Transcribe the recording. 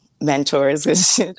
mentors